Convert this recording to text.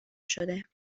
شده